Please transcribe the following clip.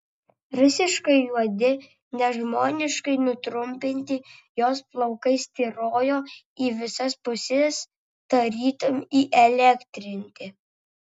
visiškai juodi nežmoniškai nutrumpinti jos plaukai styrojo į visas puses tarytum įelektrinti